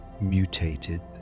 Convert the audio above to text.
mutated